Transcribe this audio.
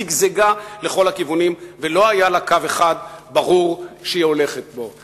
זיגזגה לכל הכיוונים ולא היה לה קו אחד ברור שהיא הולכת בו.